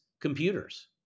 computers